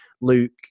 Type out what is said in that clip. Luke